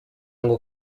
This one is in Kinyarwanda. ngo